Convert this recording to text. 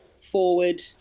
forward